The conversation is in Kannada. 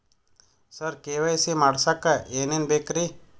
ಸರ ಕೆ.ವೈ.ಸಿ ಮಾಡಸಕ್ಕ ಎನೆನ ಬೇಕ್ರಿ?